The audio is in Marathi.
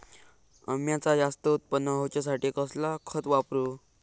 अम्याचा जास्त उत्पन्न होवचासाठी कसला खत वापरू?